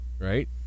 right